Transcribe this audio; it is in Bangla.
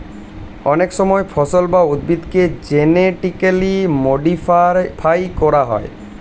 অনেক সময় ফসল বা উদ্ভিদকে জেনেটিক্যালি মডিফাই করা হয়